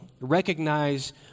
Recognize